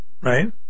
right